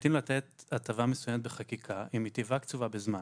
כמחליטים לתת הטבה מסוימת בחקיקה היא מטבעה קצובה בזמן.